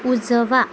उजवा